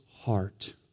heart